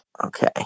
Okay